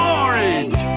orange